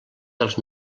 dels